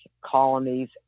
colonies